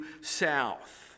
south